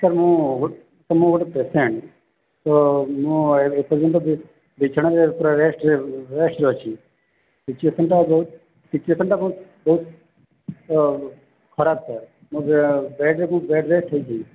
ମୁଁ ସାର୍ ମୁଁ ଗୋଟେ ପେସେଣ୍ଟ ତ ମୁଁ ବିଛଣାରେ ପୁରା ରେଷ୍ଟରେ ରେଷ୍ଟରେ ଅଛି କିଛି ଏପର୍ଯ୍ୟନ୍ତ ବହୁତ କିଛି ଏପର୍ଯନ୍ତ ବହୁତ ବହୁତ ଖରାପ୍ ସାର୍ ମୁଁ ବେଡ଼୍ରେ ମୁଁ ବେଡ଼୍ ରେଷ୍ଟ୍ ହେଇଛି